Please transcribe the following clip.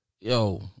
Yo